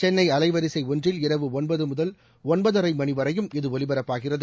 சென்னைஅலைவரிசைஒன்றில் இரவு ஒன்பதுமுதல் ஒன்பதரைமணிவரையும் இது ஒலிபரப்பாகிறது